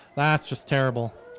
that's just terrible.